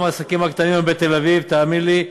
גם העסקים הקטנים בתל-אביב, תאמין לי,